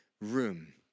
room